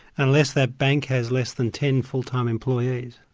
unless that bank has less than ten full-time employees.